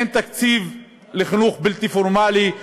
אין תקציב לחינוך בלתי פורמלי.